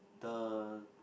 the